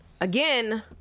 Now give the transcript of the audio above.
again